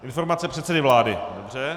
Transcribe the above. Informace předsedy vlády dobře.